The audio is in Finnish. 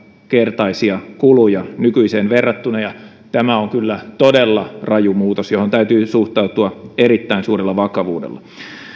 kertaisia kuluja nykyiseen verrattuna ja tämä on kyllä todella raju muutos johon täytyy suhtautua erittäin suurella vakavuudella